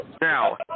Now